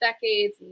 decades